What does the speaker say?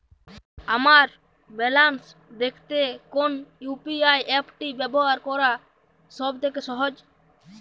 আমার ব্যালান্স দেখতে কোন ইউ.পি.আই অ্যাপটি ব্যবহার করা সব থেকে সহজ?